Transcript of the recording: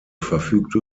verfügte